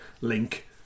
link